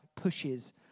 pushes